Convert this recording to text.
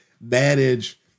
manage